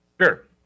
Sure